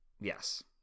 Yes